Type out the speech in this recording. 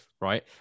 right